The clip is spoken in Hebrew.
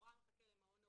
לכאורה הוא מחכה למעון נעול,